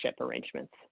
arrangements